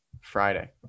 Friday